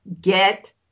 get